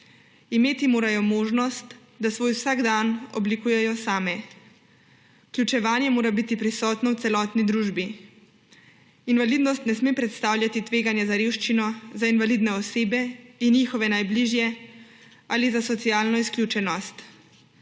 Imeti morajo možnost, da svoj vsakdan oblikujejo same. Vključevanje mora biti prisotno v celotni družbi. Invalidnost ne sme predstavljati tveganja za revščino za invalidne osebe in njihove najbližje ali za socialno izključenost.